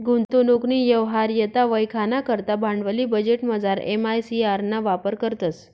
गुंतवणूकनी यवहार्यता वयखाना करता भांडवली बजेटमझार एम.आय.सी.आर ना वापर करतंस